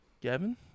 Gavin